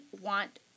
want